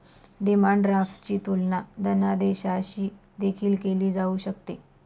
demand ड्राफ्टची तुलना धनादेशाशी देखील केली जाऊ शकते